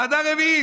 ועדה רביעית.